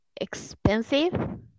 expensive